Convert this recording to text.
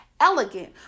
elegant